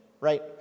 right